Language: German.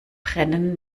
brennen